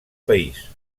país